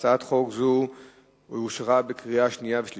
חוק דיווח על פעילות אגף שיקום נכים ואגף